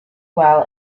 well